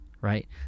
right